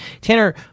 Tanner